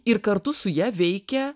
ir kartu su ja veikia